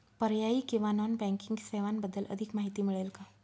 पर्यायी किंवा non banking सेवांबद्दल अधिक माहिती मिळेल का?